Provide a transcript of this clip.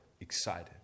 excited